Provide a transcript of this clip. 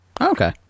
Okay